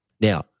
Now